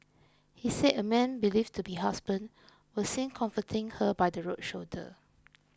he said a man believed to be husband was seen comforting her by the road shoulder